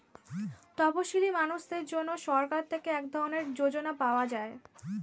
তপসীলি মানুষদের জন্য সরকার থেকে এক ধরনের যোজনা পাওয়া যায়